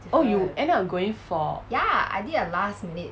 oh you end up going for